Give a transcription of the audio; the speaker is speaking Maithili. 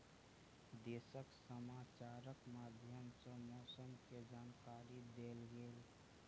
देशक समाचारक माध्यम सॅ मौसम के जानकारी देल गेल